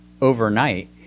overnight